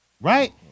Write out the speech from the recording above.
right